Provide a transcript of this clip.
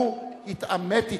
הוא התעמת אתן.